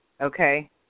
okay